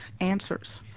answers